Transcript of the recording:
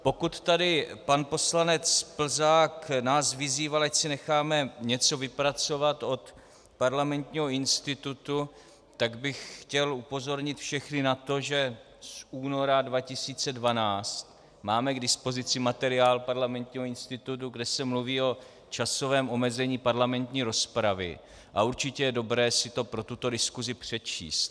Pokud tady pan poslanec Plzák nás vyzýval, ať si necháme něco vypracovat od Parlamentního institutu, tak bych chtěl upozornit všechny na to, že z února 2012 máme k dispozici materiál Parlamentního institutu, kde se mluví o časovém omezení parlamentní rozpravy, a určitě je dobré si to pro tuto diskusi přečíst.